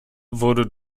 wurde